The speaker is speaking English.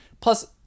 Plus